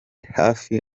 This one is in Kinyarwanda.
hafi